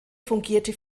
fungierte